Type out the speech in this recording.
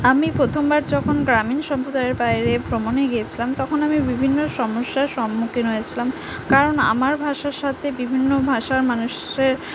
আমি প্রথমবার যখন গ্রামীণ সম্প্রদায়ের বাইরে ভ্রমণে গিয়েছিলাম তখন আমি বিভিন্ন সমস্যার সম্মুখীন হয়েছিলাম কারণ আমার ভাষার সাথে বিভিন্ন ভাষার মানুষের